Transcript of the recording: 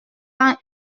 quand